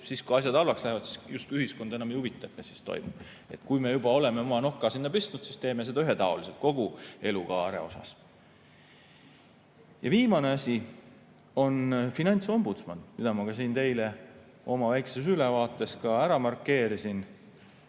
siis, kui asjad halvaks lähevad, siis justkui ühiskonda enam ei huvita, mis toimub. Kui me juba oleme oma noka sinna pistnud, siis teeme seda ühetaoliselt kogu elukaare jooksul. Ja viimane asi on finantsombudsman, mida ma siin teile oma väikeses ülevaates ära markeerisin.